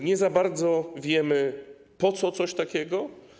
Nie za bardzo wiemy, po co coś takiego.